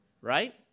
right